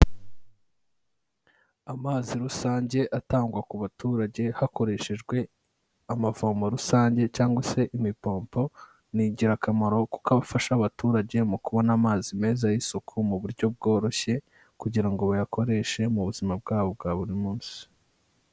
Amazi rusange atangwa ku baturage hakoreshejwe amavomo rusange cyangwa se imipompo, ni ingirakamaro kuko aba afasha abaturage mu kubona amazi meza y'isuku, mu buryo bworoshye kugira ngo bayakoreshe mu buzima bwabo bwa buri munsi.